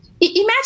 Imagine